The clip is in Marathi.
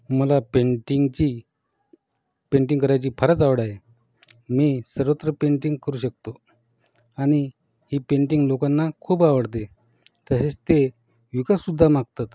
मला पेंटिंगची पेंटिंग करायची फारच आवड आहे मी सर्वत्र पेंटिंग करू शकतो आणि ही पेंटिंग लोकांना खूप आवडते तसेच ते विकतसुद्धा मागतात